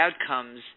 outcomes